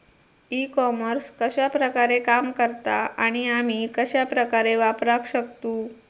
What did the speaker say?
E commerce कश्या प्रकारे काम करता आणि आमी कश्या प्रकारे वापराक शकतू?